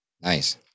Nice